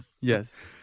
Yes